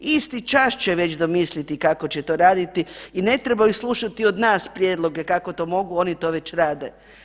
Isti čas će već domisliti kako će to raditi i ne trebaju slušati od nas prijedloge kako to mogu, oni to već rade.